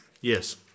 Yes